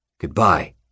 Goodbye